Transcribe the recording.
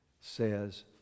says